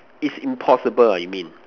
is impossible ah you mean